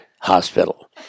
hospital